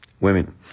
Women